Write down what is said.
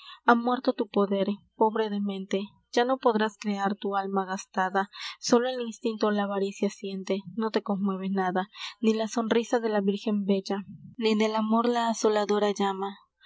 ha muerto tu poder pobre demente ya no podrás crear tu alma gastada sólo el instinto ó la avaricia siente no te conmueve nada ni la sonrisa de la vírgen bella ni del amor la asoladora llama